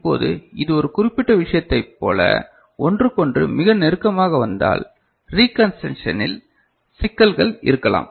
இப்போது இது ஒரு குறிப்பிட்ட விஷயத்தைப் போல ஒன்றுக்கொன்று மிக நெருக்கமாக வந்தால் ரீகன்செக்ஷனில் சிக்கல்கள் இருக்கலாம்